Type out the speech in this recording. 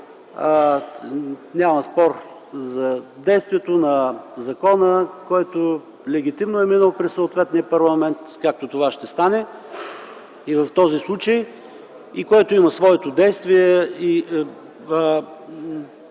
няма спор за действието на закона, който легитимно е минал през съответния парламент, както това ще стане и в този случай. И той има своето действие,